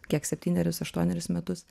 kiek septynerius aštuonerius metus